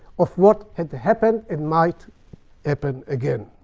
of what had to happen and might happen again.